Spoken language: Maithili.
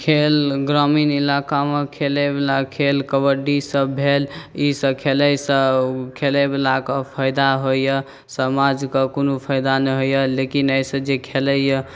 खेल ग्रामीण इलाकामे खेलयवला खेल कबड्डीसभ भेल ईसभ खेलयसँ खेलयवलाकेँ फायदा होइए समाजकेँ कोनो फायदा नहि होइए लेकिन एहिसँ जे खेलैए